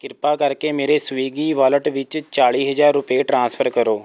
ਕਿਰਪਾ ਕਰਕੇ ਮੇਰੇ ਸਵਿਗੀ ਵਾਲਟ ਵਿੱਚ ਚਾਲੀ ਹਜ਼ਾਰ ਰੁਪਏ ਟਰਾਂਸਫਰ ਕਰੋ